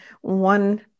one